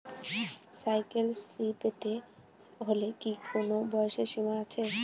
Cycle শ্রী পেতে হলে কি কোনো বয়সের সীমা আছে?